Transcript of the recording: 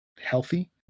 healthy